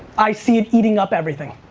i see it eating up everything,